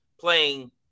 playing